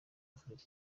afurika